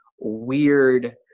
weird